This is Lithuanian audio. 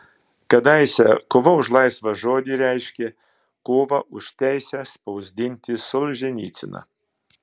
kadaise kova už laisvą žodį reiškė kovą už teisę spausdinti solženicyną